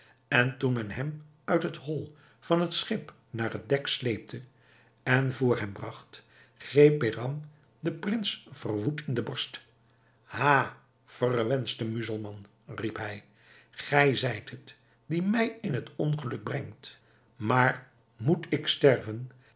en toen men hem uit het hol van het schip naar het dek sleepte en voor hem bragt greep behram den prins verwoed in de borst ha verwenschte muzelman riep hij gij zijt het die mij in het ongeluk brengt maar moet ik sterven